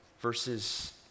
verses